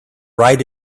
right